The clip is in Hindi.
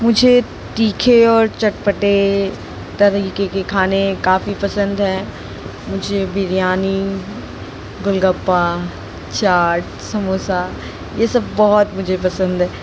मुझे तीखे और चटपटे तरीके के खाने काफ़ी पसंद हैं मुझे बिरयानी गोलगप्पा चाट समोसा ये सब बहुत मुझे पसंद है